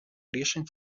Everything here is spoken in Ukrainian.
рішень